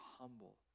humble